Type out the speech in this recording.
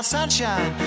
Sunshine